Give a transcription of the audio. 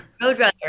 Roadrunner